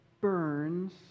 burns